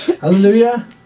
Hallelujah